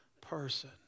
person